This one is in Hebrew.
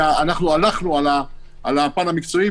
כי הלכנו על הפן המקצועי,